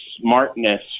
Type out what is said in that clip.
smartness